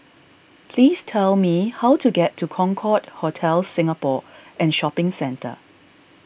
please tell me how to get to Concorde Hotel Singapore and Shopping Centre